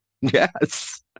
Yes